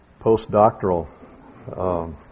postdoctoral